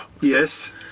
Yes